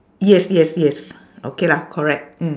yes yes yes okay lah correct mm